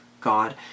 God